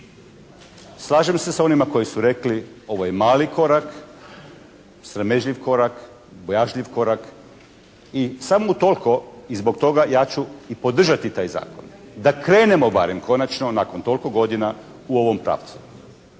Slažem se s onima koji su rekli ovo je mali korak, sramežljiv korak, bojažljiv korak i samo utoliko i zbog toga ja ću i podržati taj zakon, da krenemo barem, konačno nakon toliko godina u ovom pravcu.